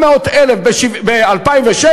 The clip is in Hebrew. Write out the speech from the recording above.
700,000 ב-2007,